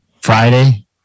Friday